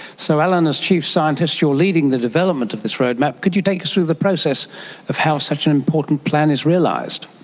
so alan, as chief scientist you are leading the development of this roadmap. could you take us through the process of how such an important plan is realised?